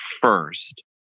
first